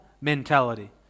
mentality